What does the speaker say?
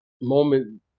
moment